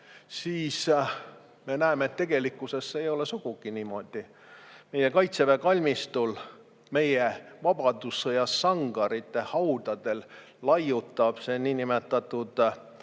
Me näeme, et tegelikkuses see ei ole sugugi niimoodi. Meie Kaitseväe kalmistul meie vabadussõja sangarite haudadel laiutab see niinimetatud